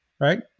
Right